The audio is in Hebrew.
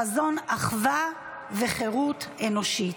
חזון אחווה וחירות אנושית".